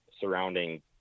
surrounding